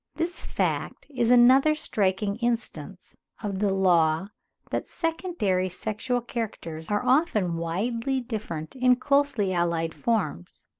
this fact is another striking instance of the law that secondary sexual characters are often widely different in closely-allied forms,